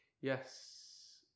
Yes